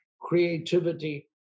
creativity